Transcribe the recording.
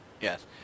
Yes